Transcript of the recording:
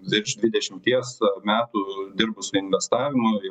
virš dvidešimties metų dirbu su investavimu